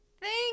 Thank